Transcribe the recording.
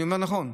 אני אומר נכון?